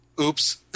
oops